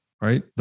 right